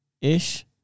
ish